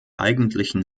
eigentlichen